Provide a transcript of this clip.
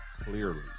clearly